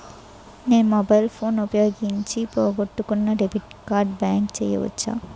నేను mobile phone ఉపయోగించి పోగొట్టుకున్న డెబిట్ కార్డ్ని బ్లాక్ చేయవచ్చా?